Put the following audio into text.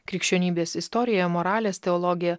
krikščionybės istorija moralės teologija